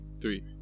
Three